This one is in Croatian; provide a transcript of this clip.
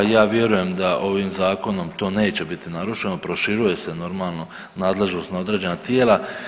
Ja vjerujem da ovim zakonom to neće biti narušeno, proširuje se normalno nadležnost na određena tijela.